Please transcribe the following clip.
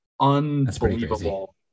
unbelievable